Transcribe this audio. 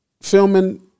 Filming